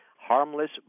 harmless